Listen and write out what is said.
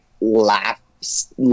laughs